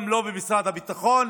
לא במשרד הביטחון